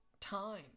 time